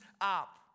up